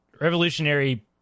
revolutionary